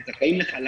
הם זכאים לחל"ת.